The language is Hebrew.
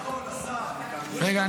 לא נכון, השר, יש גם מוסדות --- רגע.